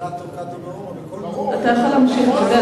יכול להמשיך.